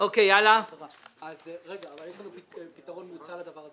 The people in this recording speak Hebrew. יש לנו פתרון לזה.